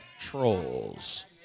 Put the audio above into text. trolls